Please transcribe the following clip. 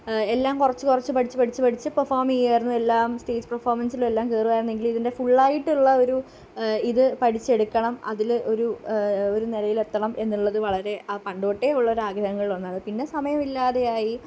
എല്ലാം കുറച്ച് കുറച്ച് പഠിച്ചു പഠിച്ചു പഠിച്ചു പെർഫോം ചെയ്യായിരുന്നു എല്ലാം സ്റ്റേജ് പെർഫോമൻസിലും എല്ലാം കയറുകയായിരുന്നെങ്കിലും ഇതിൻ്റെ ഫുള്ളായിട്ടുള്ള ഒരു ഇത് പഠിച്ചെടുക്കണം അതിൽ ഒരു ഒരു നിലയിൽ എത്തണം എന്നുള്ളത് വളരെ പണ്ട് തൊട്ടേ ഉള്ള ഒരു ആഗ്രഹങ്ങളിൽ ഒന്നു അത് പിന്നെ സമയമില്ലാതെയായി